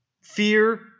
Fear